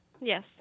Yes